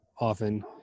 often